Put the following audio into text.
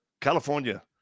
California